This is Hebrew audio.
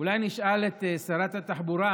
אולי נשאל את שרת התחבורה: